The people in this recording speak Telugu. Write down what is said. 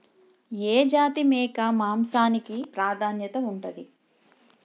ఏ జాతి మేక మాంసానికి ప్రాధాన్యత ఉంటది?